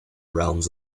realms